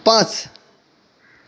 पांच